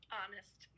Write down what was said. honest